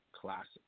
Classic